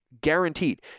guaranteed